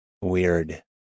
weird